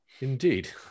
Indeed